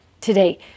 today